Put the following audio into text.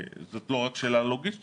זאת לא רק שאלה לוגיסטית.